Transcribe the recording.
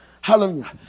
Hallelujah